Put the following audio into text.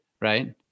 right